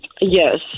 Yes